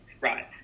Right